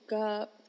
up